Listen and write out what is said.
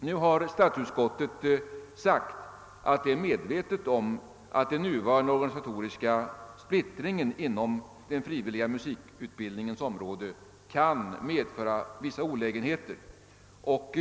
Nu har statsutskottet sagt att det är medvetet om att den nuvarande organisatoriska splittringen inom den frivilliga musikundervisningens område kan medföra vissa olägenheter.